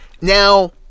Now